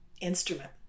instrument